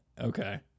Okay